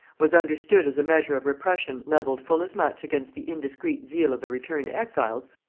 was understood as a measure of repression levelled full as much against the indiscreet zeal of the returned exiles,